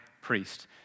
priest